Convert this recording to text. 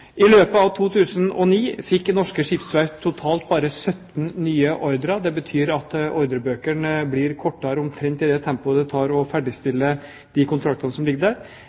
I løpet av 2009 fikk norske skipsverft totalt bare 17 nye ordrer. Det betyr at ordrebøkene blir kortere omtrent i det tempoet det tar å ferdigstille de kontraktene som ligger der.